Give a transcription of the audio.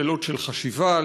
לשאלות של חשיבה,